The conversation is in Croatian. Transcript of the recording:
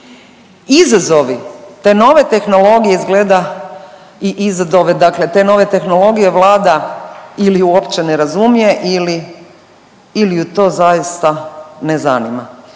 Izazovi te nove tehnologije izgleda i … dakle te nove tehnologije Vlada ili uopće ne razumije ili ju to zaista ne zanima.